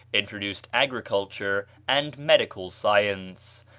introduced agriculture and medical science.